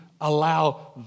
allow